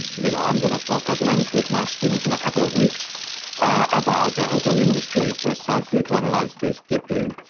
you know, i'm gonna talk at length with my students in a couple of weeks about the hotel industry precisely to analyze this deeply,